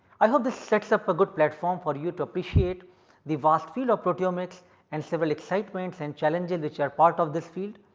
i hope this sets up a good platform for you to appreciate the vast field of proteomics and several excitements and challenges which are part of this field.